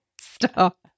Stop